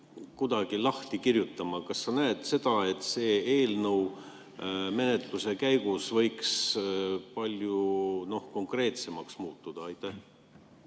kuidagi lahti kirjutama? Kas sa näed seda, et see eelnõu võiks menetluse käigus palju konkreetsemaks muutuda? Aitäh,